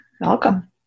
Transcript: welcome